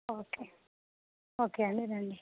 okay okay అండి రండి